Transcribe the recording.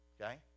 Okay